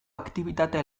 aktibitate